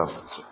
test